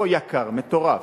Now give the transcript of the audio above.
לא יקר, מטורף.